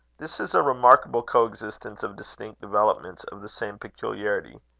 this is a remarkable co-existence of distinct developments of the same peculiarity.